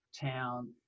town